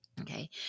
Okay